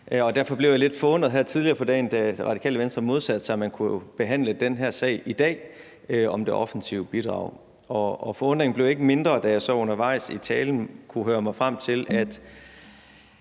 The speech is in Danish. derfor blev jeg lidt forundret her tidligere på dagen, da Radikale Venstre modsatte sig, at man kunne behandle den her sag om det offensive bidrag i dag. Forundringen blev ikke mindre, da jeg så undervejs i talen kunne høre mig frem til,